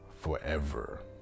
forever